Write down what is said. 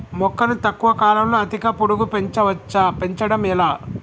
మొక్కను తక్కువ కాలంలో అధిక పొడుగు పెంచవచ్చా పెంచడం ఎలా?